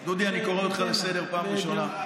דודי, אני קורא אותך לסדר פעם ראשונה.